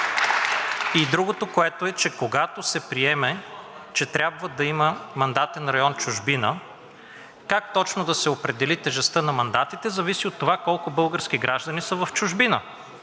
Другото, което е, че когато се приеме, че трябва да има мандатен район „Чужбина“, как точно да се определи тежестта на мандатите, зависи от това колко български граждани са в чужбина,